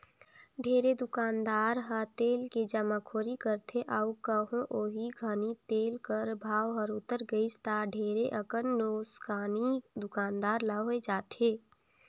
ढेरे दुकानदार ह तेल के जमाखोरी करथे अउ कहों ओही घनी तेल कर भाव हर उतेर गइस ता ढेरे अकन नोसकानी दुकानदार ल होए जाथे